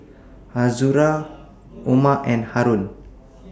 Azura Omar and Haron